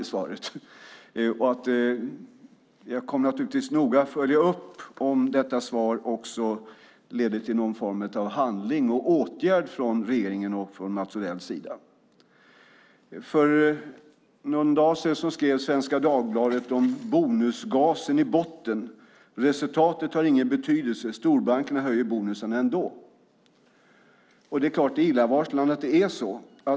Jag kommer naturligtvis noga att följa upp om detta svar också leder till någon form av handling och åtgärd från regeringens och Mats Odells sida. För några dagar sedan skrev Svenska Dagbladet: Bonusgasen i botten. Resultatet har ingen betydelse. Storbankerna höjer bonusen ändå. Det är klart att det är illavarslande att det är så.